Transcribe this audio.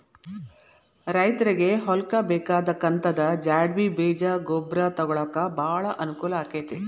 ರೈತ್ರಗೆ ಹೊಲ್ಕ ಬೇಕಾದ ಕಂತದ ಜ್ವಾಡ್ಣಿ ಬೇಜ ಗೊಬ್ರಾ ತೊಗೊಳಾಕ ಬಾಳ ಅನಕೂಲ ಅಕೈತಿ